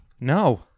No